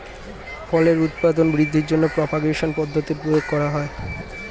ফলের উৎপাদন বৃদ্ধির জন্য প্রপাগেশন পদ্ধতির প্রয়োগ করা হয়